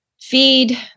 feed